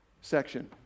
section